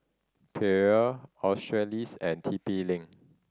Perrier Australis and T P Link